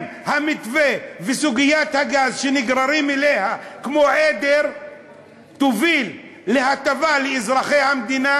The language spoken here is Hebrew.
אם המתווה בסוגיית הגז שנגררים אליו כמו עדר יוביל להטבה לאזרחי המדינה,